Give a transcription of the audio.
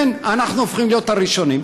אין, אנחנו הופכים להיות הראשונים.